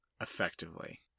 Effectively